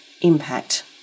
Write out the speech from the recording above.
impact